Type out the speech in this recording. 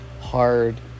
hard